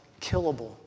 killable